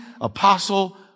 apostle